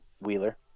wheeler